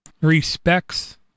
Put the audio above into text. respects